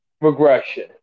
regression